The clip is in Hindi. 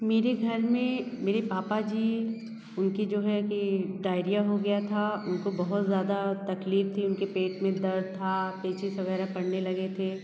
मेरे घर में मेरे पापा जी उनकी जो है कि डायरिया हो गया था उनको बहुत ज़्यादा तकलीफ़ थी उनके पेट मे दर्द था पेचीस वग़ैरह पड़ने लगे थे